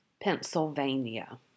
Pennsylvania